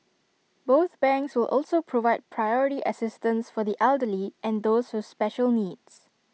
both banks will also provide priority assistance for the elderly and those with special needs